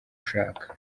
ushaka